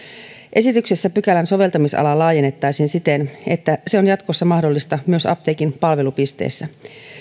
esityksessä pykälän soveltamisalaa laajennettaisiin siten että se on jatkossa mahdollista myös apteekin palvelupisteessä